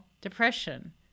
depression